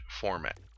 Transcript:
format